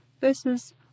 versus